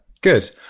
Good